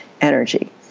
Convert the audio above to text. energy